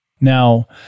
Now